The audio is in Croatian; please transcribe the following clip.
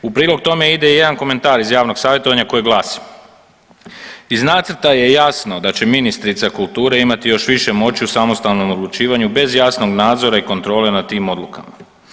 U prilog tome ide i jedan komentar iz javnog savjetovanja koji glasi, iz nacrta je jasno da će ministrica kulture imati još više moći u samostalnom odlučivanju bez jasnog nadzora i kontrole nad tim odlukama.